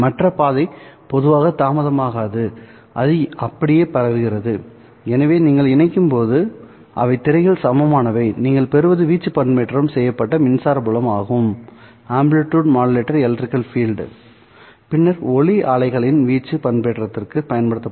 மற்ற பாதை பொதுவாக தாமதமாகாதுஅது அப்படியே பரவுகிறது எனவே நீங்கள் இணைக்கும்போது அவை திரையில் சமமானவை நீங்கள் பெறுவது வீச்சு பண்பேற்றம் செய்யப்பட்ட மின்சார புலம் ஆகும் பின்னர் ஒளி அலைகளின் வீச்சு பண்பேற்றத்திற்கு பயன்படுத்தப்படும்